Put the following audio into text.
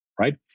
right